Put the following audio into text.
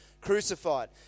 crucified